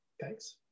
Thanks